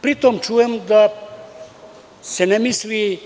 Pri tom čujem da se ne misli